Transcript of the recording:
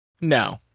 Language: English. No